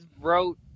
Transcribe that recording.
wrote